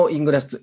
English